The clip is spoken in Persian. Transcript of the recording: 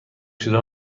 شده